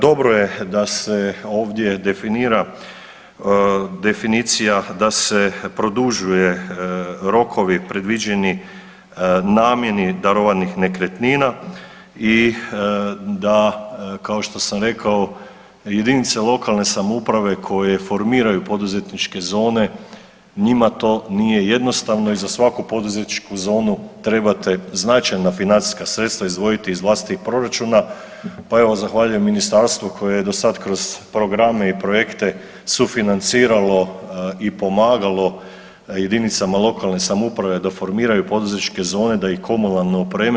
Dobro je da se ovdje definira definicija da se produžuje rokovi predviđeni namjeni darovanih nekretnina i da kao što sam rekao, jedinice lokalne samouprave koje formiraju poduzetničke zone njima to nije jednostavno i za svaki poduzetničku zonu trebate značajna financijska sredstva izdvojiti iz vlastitih proračuna, pa evo, zahvaljujem ministarstvu koje je do sad kroz programe i projekte sufinanciralo i pomagalo jedinicama lokalne samouprave da formiraju poduzetničke zone, da ih komunalno opreme.